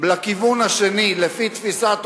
לכיוון השני, לפי תפיסת עולמו,